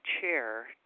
chair